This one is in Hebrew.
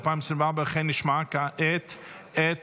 ולכן נשמע כעת את